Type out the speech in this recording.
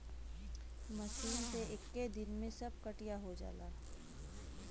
machine से एक्के दिन में सब कटिया हो जाला